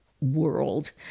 world